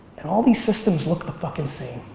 and all these systems look the fucking same.